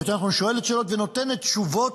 או יותר נכון שואלת שאלות ונותנת תשובות,